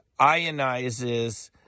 ionizes